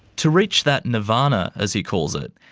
to reach that nirvana, as he calls it,